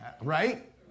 Right